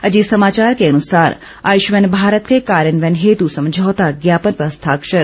अजीत समाचार के अनुसार आयुष्मान भारत के कार्यान्वयन हेतु समझौता ज्ञापन पर हस्ताक्षर